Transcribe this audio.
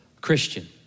Christian